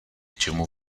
čemu